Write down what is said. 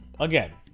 Again